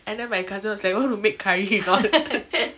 and then my cousin was like you want to make curry or not